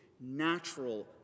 natural